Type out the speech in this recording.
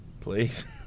Please